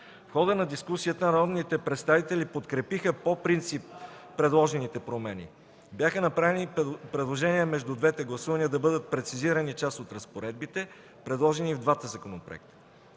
В хода на дискусията народните представители подкрепиха по принцип предложените промени. Бяха направени предложения между двете гласувания да бъдат прецизирани част от разпоредбите, предложени и в двата законопроекта.